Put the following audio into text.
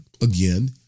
again